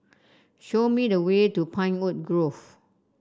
show me the way to Pinewood Grove